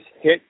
hit